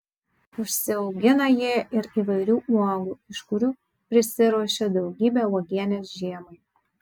užsiaugina jie ir įvairių uogų iš kurių prisiruošia daugybę uogienės žiemai